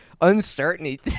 uncertainty